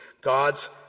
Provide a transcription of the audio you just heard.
God's